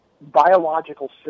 biological